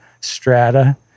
strata